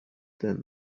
than